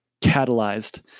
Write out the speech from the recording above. catalyzed